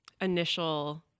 initial –